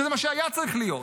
זה מה שהיה צריך להיות,